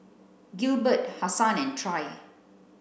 Gilbert Hassan and Trey